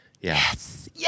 Yes